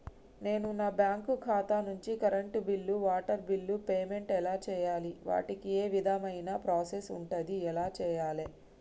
నేను నా బ్యాంకు ఖాతా నుంచి కరెంట్ బిల్లో వాటర్ బిల్లో పేమెంట్ ఎలా చేయాలి? వాటికి ఏ విధమైన ప్రాసెస్ ఉంటది? ఎలా చేయాలే?